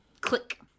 click